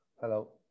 Hello